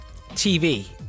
TV